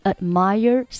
Admire